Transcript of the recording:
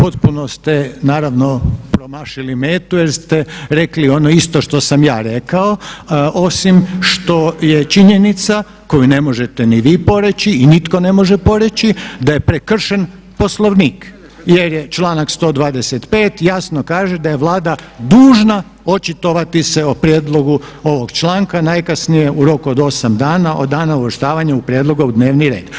Kolega potpuno ste naravno promašili metu jer ste rekli ono isto što sam ja rekao osim što je činjenica koju ne možete ni vi poreći i nitko ne može poreći da je prekršen Poslovnik jer je članak 125., jasno kaže da je Vlada dužna očitovati se o prijedlogu ovog članka najkasnije u roku od 8 dana od dana uvrštavanja prijedloga u dnevni red.